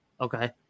okay